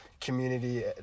community